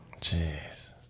jeez